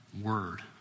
word